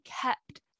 kept